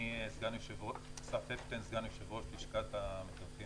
אני סגן יושב-ראש לשכת המתווכים